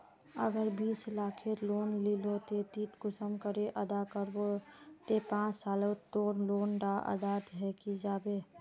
अगर बीस लाखेर लोन लिलो ते ती कुंसम करे अदा करबो ते पाँच सालोत तोर लोन डा अदा है जाबे?